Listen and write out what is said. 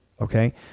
okay